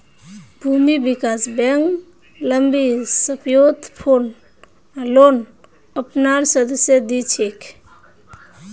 भूमि विकास बैंक लम्बी सम्ययोत लोन अपनार सदस्यक दी छेक